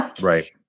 right